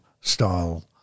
style